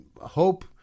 hope